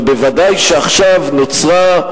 אבל ודאי שעכשיו נוצרה,